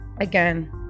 again